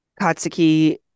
Katsuki